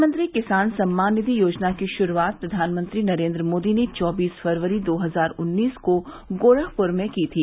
प्रधानमंत्री किसान सम्मान निधि योजना की शुरुआत प्रधानमंत्री नरेन्द्र मोदी ने चौबीस फरवरी दो हजार उन्नीस को गोरखप्र में की थी